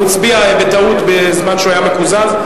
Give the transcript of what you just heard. והוא הצביע בטעות בזמן שהוא היה מקוזז.